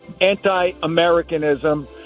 anti-americanism